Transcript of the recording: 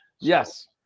Yes